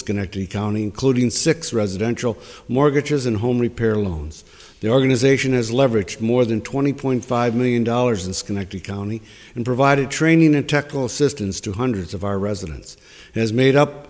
schenectady county including six residential mortgages and home repair loans their organization has leverage more than twenty point five million dollars in schenectady county and provided training a technical assistance to hundreds of our residents has made up